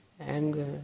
anger